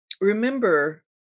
remember